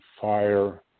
fire